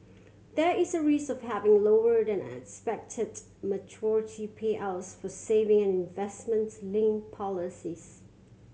there is a risk of having lower than expected maturity payouts for saving and investments linked policies